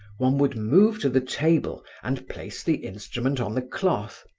one would move to the table and place the instrument on the cloth,